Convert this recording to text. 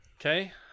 Okay